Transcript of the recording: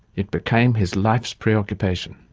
it became his life's preoccupation.